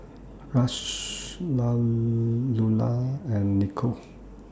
Rush Lulah and Nico